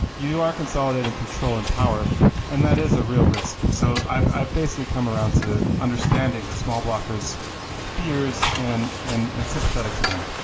you are consolidating control and power and that is a real risk. so i've i've basically come around to understanding the small blocker s fears and and and sympathetic to them.